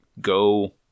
go